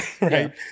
Right